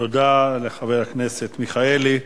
תודה לחבר הכנסת מיכאלי,